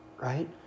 Right